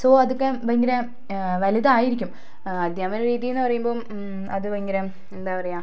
so അതൊക്കെ ഭയങ്കര വലുതായിരിക്കും അധ്യാപന രീതി എന്ന് പറയുമ്പം അതു ഭയങ്കര എന്താണ് പറയുക